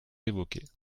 évoquez